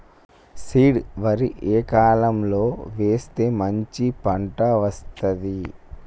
Seed వరి ఏ కాలం లో వేస్తే మంచి పంట వస్తది?